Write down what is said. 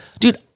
dude